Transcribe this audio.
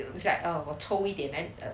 it's like oh 我抽一点